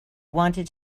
wanted